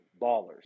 ballers